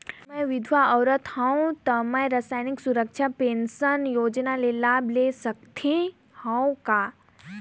मैं विधवा औरत हवं त मै समाजिक सुरक्षा पेंशन योजना ले लाभ ले सकथे हव का?